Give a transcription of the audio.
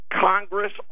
Congress